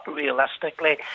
realistically